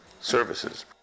services